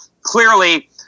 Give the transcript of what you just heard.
clearly